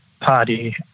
party